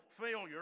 failure